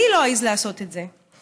אני לא אעז לעשות את זה.